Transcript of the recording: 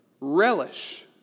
relish